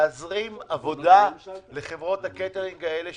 להזרים עבודה לחברות הקייטרינג האלה,